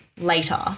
later